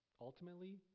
ultimately